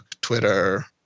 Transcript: Twitter